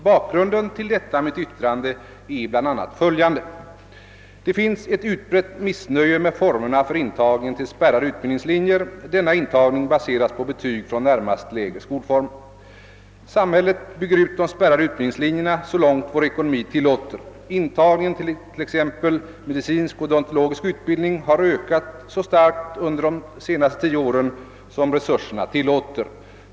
Bakgrunden till detta mitt yttrande är bl.a. följande. Det finns ett utbrett missnöje med formerna för intagningen till spärrade Samhället bygger ut de spärrade utbildningslinjerna så långt vår ekonomi tillåter. Intagningen till exempelvis medicinsk och odontologisk utbildning har ökat så starkt under de senaste tio åren som resurserna tillåtit.